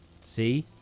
See